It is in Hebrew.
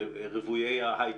הטכנולוגיים רוויי ההייטק.